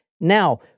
Now